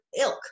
ilk